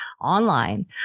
online